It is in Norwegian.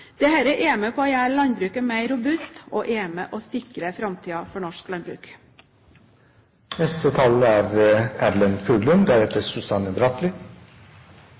er med på å gjøre landbruket mer robust, og det er med og sikrer framtiden for norsk landbruk. Namdalsdikteren Olav Duun skrev en gang «Eit kvardagsmenneske er